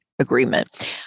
agreement